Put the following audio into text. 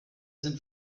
sind